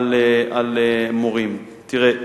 על מורים: תראה,